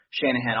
Shanahan